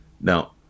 Now